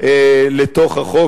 לתוך החוק,